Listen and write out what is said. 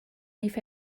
leif